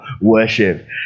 worship